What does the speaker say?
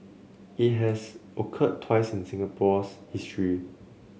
it had occurred twice in Singapore's issue